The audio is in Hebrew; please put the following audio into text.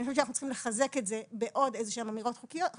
אני חושבת שאנחנו צריכים לחזק את זה בעוד איזשהן אמירות חקיקתיות,